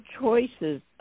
choices